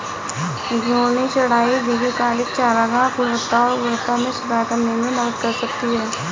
घूर्णी चराई दीर्घकालिक चारागाह गुणवत्ता और उर्वरता में सुधार करने में मदद कर सकती है